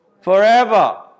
Forever